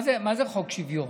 מה זה חוק שוויון?